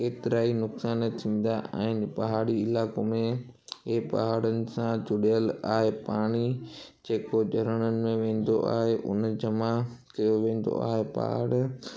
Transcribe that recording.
एतिरा ई नुक़सान थींदा आहिनि पहाड़ी इलाइक़ो में ए पहाड़नि सां जुड़ियल आहे पाणी जेको झरड़नि में वेंदो आहे उन जमा कयो वेंदो आहे पहाड़